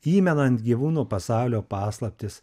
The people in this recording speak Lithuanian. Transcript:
įmenant gyvūnų pasaulio paslaptis